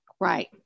right